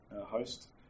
host